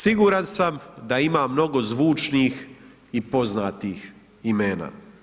Siguran sam da ima mnogo zvučnih i poznatih imena.